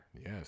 Yes